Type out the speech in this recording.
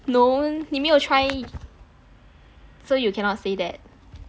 no 你没有 try so you cannot say that